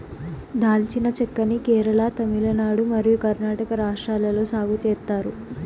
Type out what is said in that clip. దాల్చిన చెక్క ని కేరళ, తమిళనాడు మరియు కర్ణాటక రాష్ట్రాలలో సాగు చేత్తారు